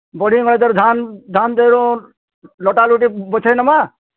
ବଡ଼ି ଏଥ୍ରୁ ଧାନ୍ରୁ ଲଟା ଲୁଟି ବଛାଇ ନମା